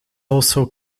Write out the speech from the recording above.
also